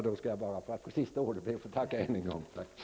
Fru talman! För att få sista ordet skall jag bara än en gång be att få tacka.